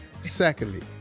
Secondly